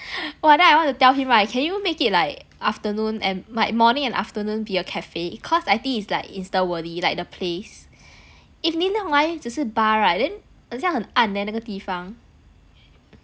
!wah! then I want to tell him right can you make it like afternoon and like morning and afternoon be a cafe cause I think it's like Insta worthy like the place if 你弄来只是 bar right then 很像很暗 leh 那个地方